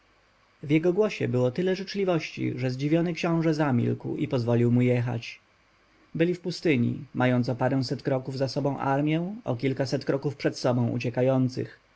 w jego głosie było tyle życzliwości że zdziwiony książę zamilkł i pozwolił mu jechać byli w pustyni mając o paręset kroków za sobą armję o kilkaset kroków przed sobą uciekających